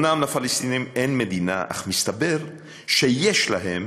אומנם לפלסטינים אין מדינה, אך מסתבר שיש להם,